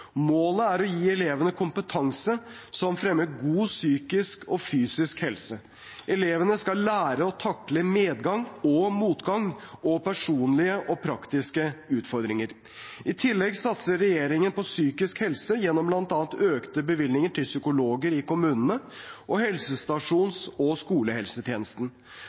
Målet er å gi elevene kompetanse som fremmer god psykisk og fysisk helse. Elevene skal lære å takle medgang og motgang og personlige og praktiske utfordringer. I tillegg satser regjeringen på psykisk helse gjennom bl.a. økte bevilgninger til psykologer i kommunene og helsestasjons- og skolehelsetjenesten.